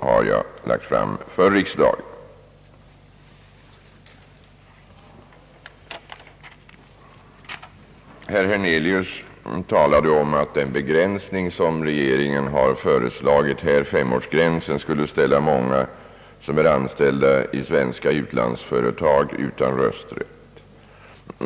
har jag lagt fram för riksdagen. Herr Hernelius talade om att femårsgränsen, som «regeringen «föreslagit, skulle ställa många anställda i svenska utlandsföretag utan rösträtt.